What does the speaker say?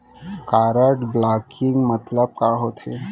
Card blocking मतलब का होथे?